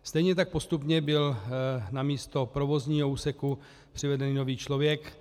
Stejně tak postupně byl na místo provozního úseku přivedený nový člověk.